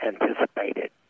anticipated